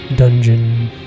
dungeon